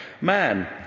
Man